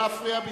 נתקבלה.